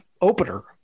opener